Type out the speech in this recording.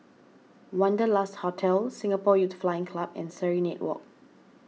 Wanderlust Hotel Singapore Youth Flying Club and Serenade Walk